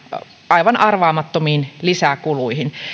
aivan arvaamattomiin lisäkuluihin